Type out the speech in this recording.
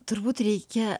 turbūt reikia